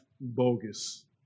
bogus